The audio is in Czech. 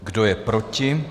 Kdo je proti?